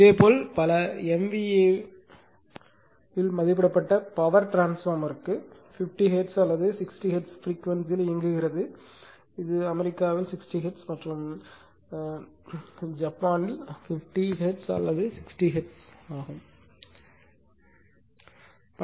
இதேபோல் பல MVA வில் மதிப்பிடப்பட்ட பவர் டிரான்ஸ்பார்மருக்கு 50 ஹெர்ட்ஸ் அல்லது 60 ஹெர்ட்ஸ் ப்ரீக்வென்சிணில் இயங்குகிறது இது அமெரிக்கா 60 ஹெர்ட்ஸ் மற்றும் 50 ஹெர்ட்ஸ் அல்லது 60 ஹெர்ட்ஸ் இரண்டும் ஜப்பானில் உள்ளன